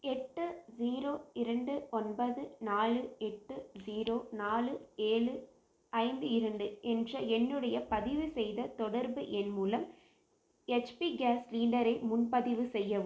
எட்டு ஜீரோ இரண்டு ஒன்பது நாலு எட்டு ஜீரோ நாலு ஏழு ஐந்து இரண்டு என்ற என்னுடைய பதிவு செய்த தொடர்பு எண் மூலம் ஹச்பி கேஸ் சிலிண்டரை முன்பதிவு செய்யவும்